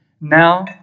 Now